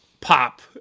pop